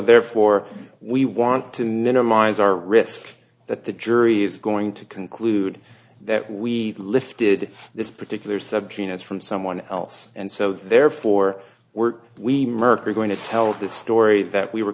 therefore we want to minimize our risk that the jury is going to conclude that we lifted this particular subjects from someone else and so therefore we're we merk are going to tell this story that we were